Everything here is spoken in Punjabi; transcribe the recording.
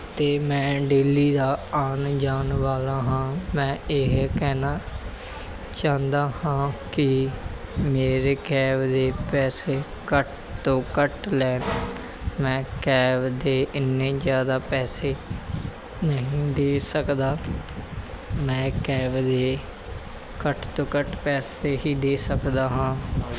ਅਤੇ ਮੈਂ ਡੇਲੀ ਦਾ ਆਉਣ ਜਾਣ ਵਾਲਾ ਹਾਂ ਮੈਂ ਇਹ ਕਹਿਣਾ ਚਾਹੁੰਦਾ ਹਾਂ ਕਿ ਮੇਰੇ ਕੈਬ ਦੇ ਪੈਸੇ ਘੱਟ ਤੋਂ ਘੱਟ ਲੈਣ ਮੈਂ ਕੈਬ ਦੇ ਇੰਨੇ ਜ਼ਿਆਦਾ ਪੈਸੇ ਨਹੀਂ ਦੇ ਸਕਦਾ ਮੈਂ ਕੈਬ ਦੇ ਘੱਟ ਤੋਂ ਘੱਟ ਪੈਸੇ ਹੀ ਦੇ ਸਕਦਾ ਹਾਂ